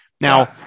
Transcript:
Now